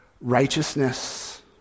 righteousness